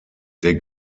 der